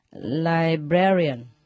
Librarian